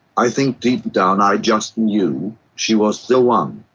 i think deep down i just knew she was the one.